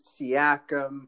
Siakam